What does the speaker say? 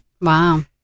Wow